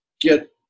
get